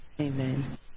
Amen